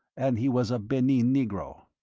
and he was a benin negro.